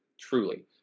Truly